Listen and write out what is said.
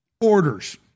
orders